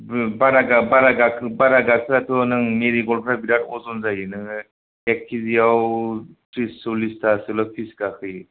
औ बारा गाखोआथ' नों मेरिग'ल्डफ्रा बिराट अजन जायो नों एक केजिआव ट्रिस सल्लिस्तासोल' पिस गाखोयो